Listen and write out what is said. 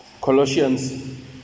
Colossians